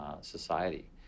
society